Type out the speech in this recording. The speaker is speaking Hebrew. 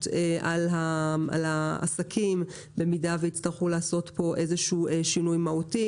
על העסקים במידה ויצטרכו לעשות פה איזשהו שינוי מהותי.